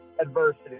adversity